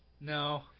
No